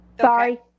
Sorry